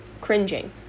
cringing